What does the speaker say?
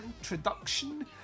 introduction